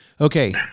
okay